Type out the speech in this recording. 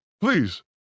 Please